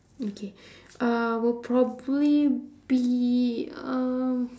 okay uh we'll probably be um